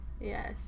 Yes